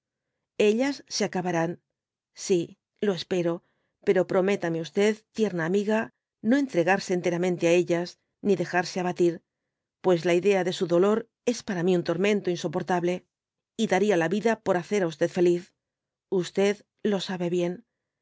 ellas se acabarán si lo espero pero prométame tierna amiga no entregarse enteradmente á ellas ni dejarse abatir pues la idea de su dolor es para mi un tormento insoportable y daría la vida por hacer á feliz lo sabe bien